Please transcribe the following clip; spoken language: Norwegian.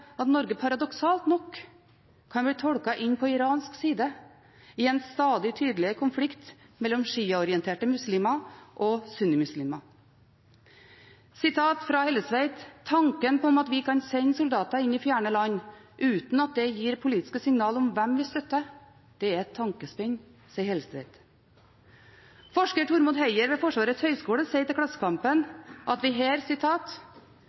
at Norge paradoksalt nok kan bli tolket inn på iransk side i en stadig tydeligere konflikt mellom shiaorienterte muslimer og sunnimuslimer. «Tanken om at vi kan sende soldater inn i fjerne land uten at det gir politiske signaler om hvem vi støtter, det er fantasispinn», sier Hellestveit. Forsker Tormod Heier ved Forsvarets høgskole sier til Klassekampen: «Her kan vi